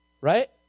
Right